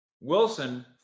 Wilson